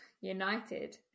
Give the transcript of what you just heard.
United